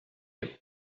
you